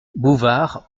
bouvard